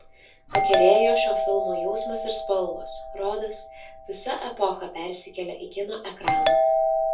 pakerėjo šio filmo jausmas ir spalvos rodos visa epocha persikėlė į kino ekraną